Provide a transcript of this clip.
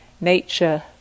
nature